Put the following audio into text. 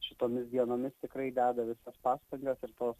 šitomis dienomis tikrai deda visas pastangas ir tos